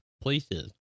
places